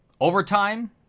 Overtime